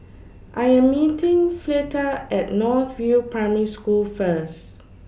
I Am meeting Fleta At North View Primary School First